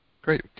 Great